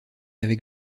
avec